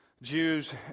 Jews